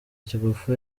kigufi